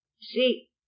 See